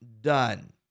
done